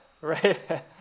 Right